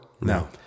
No